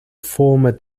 former